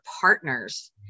partners